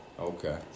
Okay